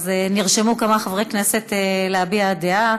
נרשמו כמה חברי כנסת להביע דעה.